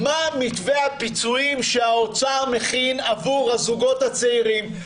מה מתווה הפיצויים שהאוצר מכין עבור הזוגות הצעירים,